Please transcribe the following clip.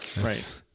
right